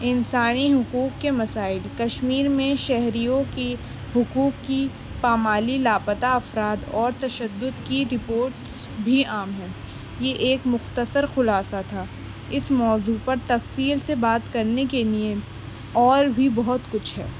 انسانی حقوق کے مسائل کشمیر میں شہریوں کے حقوق کی پامالی لاپتہ افراد اور تشدد کی رپورٹس بھی عام ہوں یہ ایک مختصر خلاصہ تھا اس موضوع پر تفصیل سے بات کرنے کے لئے اور بھی بہت کچھ ہے